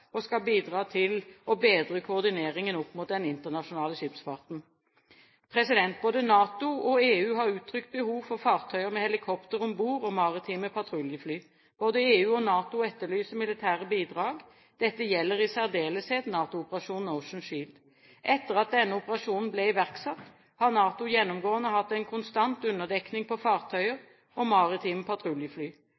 og skal bidra til å bedre koordineringen opp mot den internasjonale skipsfarten. Både NATO og EU har uttrykt behov for fartøyer med helikopter om bord og maritime patruljefly. Både EU og NATO etterlyser militære bidrag. Dette gjelder i særdeles NATO-operasjonen Ocean Shield. Etter at denne operasjonen ble iverksatt, har NATO gjennomgående hatt en konstant underdekning på fartøyer